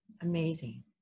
amazing